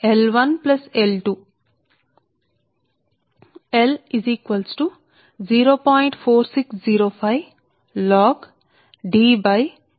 కాబట్టి సర్క్యూట్ల మొత్తం ఇండక్టెన్స్ L అనేది L1ప్లస్ L2 కు సమానం